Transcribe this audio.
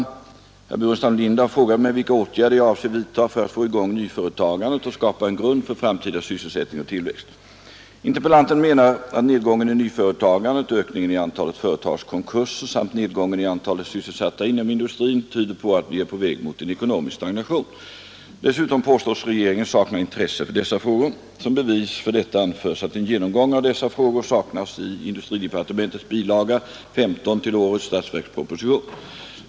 Herr Burenstam Linder har frågat mig vilka åtgärder jag avser vidtaga för att få i gång nyföretagandet och skapa en grund för framtida sysselsättning och tillväxt. Interpellanten menar att nedgången i nyföretagandet, ökningen i antalet företagskonkurser samt nedgången i antalet sysselsatta inom industrin tyder på att vi är på väg mot en ekonomisk stagnation. Dessutom påstås regeringen sakna intresse för dessa frågor. Som bevis för detta anförs att en genomgång av dessa frågor saknas i industridepartementets bilaga 15 till årets statsverksproposition.